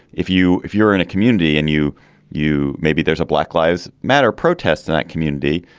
if you if you're in a community and you you maybe there's a black lives matter protest in that community,